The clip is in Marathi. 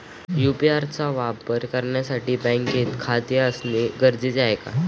यु.पी.आय चा वापर करण्यासाठी बँकेत खाते असणे गरजेचे आहे का?